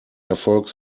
erfolg